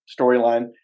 storyline